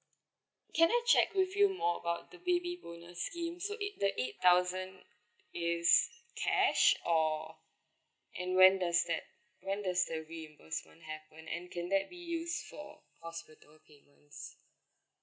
can I check with you more about the baby bonus scheme so it that eight thousand is cash or and when does that when does the reimbursement happen and can that be use for hospital payments